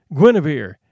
Guinevere